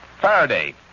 Faraday